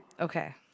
Okay